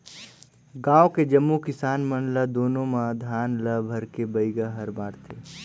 गांव के जम्मो किसान मन ल दोना म धान ल भरके बइगा हर बांटथे